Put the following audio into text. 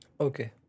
Okay